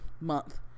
month